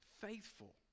faithful